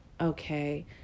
Okay